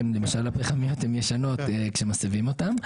כן, למשל: הפחמיות הן ישנות כשמסבים אותן.